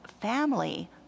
family